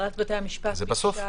הנהלת בתי המשפט ביקשה